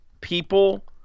people